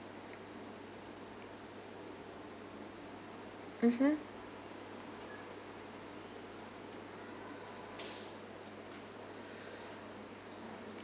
mmhmm